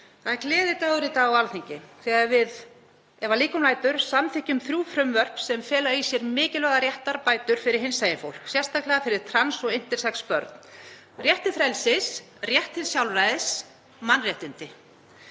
Það er gleðidagur í dag á Alþingi þegar við, ef að líkum lætur, samþykkjum þrjú frumvörp sem fela í sér mikilvægar réttarbætur fyrir hinsegin fólk, sérstaklega fyrir trans og intersex börn, rétt til frelsis, rétt til sjálfræðis, mannréttindi.